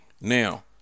Now